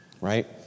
right